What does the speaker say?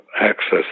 access